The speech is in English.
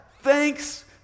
Thanks